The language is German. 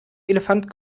elefant